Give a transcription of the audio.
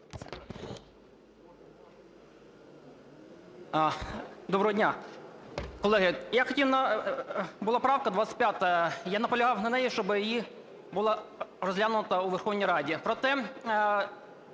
Доброго дня! Колеги, я хотів, була правка 25. Я наполягав на ній, щоб її було розглянуто у Верховній Раді. Проте